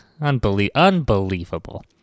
unbelievable